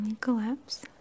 collapse